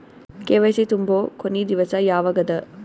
KYC ತುಂಬೊ ಕೊನಿ ದಿವಸ ಯಾವಗದ?